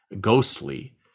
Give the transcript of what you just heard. ghostly